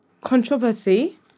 controversy